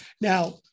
Now